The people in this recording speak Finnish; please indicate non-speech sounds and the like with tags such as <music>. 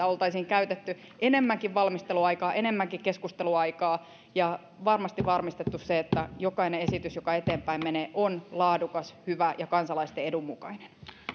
<unintelligible> oltaisiin käytetty enemmänkin valmisteluaikaa enemmänkin keskusteluaikaa ja varmasti varmistettu se että jokainen esitys joka eteenpäin menee on laadukas hyvä ja kansalaisten edun mukainen